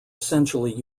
essentially